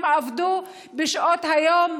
הם עבדו בשעות היום,